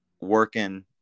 working